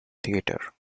theatre